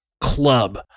club